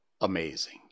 amazing